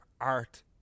Art